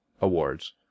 Awards